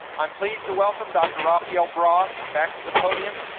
i'm pleased to welcome dr. rafael bras back to the podium,